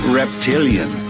reptilian